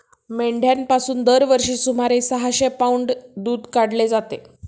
मेंढ्यांपासून दरवर्षी सुमारे सहाशे पौंड दूध काढले जाते